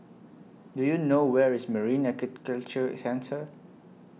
Do YOU know Where IS Marine Aquaculture Centre